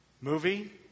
Movie